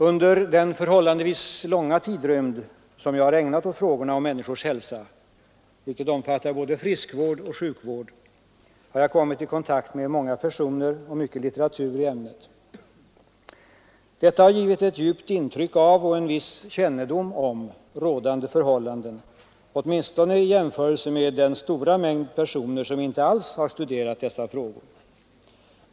Under den förhållandevis långa tidrymd som jag har ägnat åt frågorna om människans hälsa — vilket omfattar både friskvård och sjukvård — har jag kommit i kontakt med många personer och med mycket litteratur i ämnet. Detta har gjort ett djupt intryck på mig och givit mig en viss kännedom om rådande förhållanden — åtminstone i jämförelse med den stora mängd människor som inte alls har studerat dessa frågor.